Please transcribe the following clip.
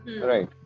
Right